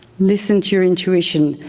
listen to your intuition,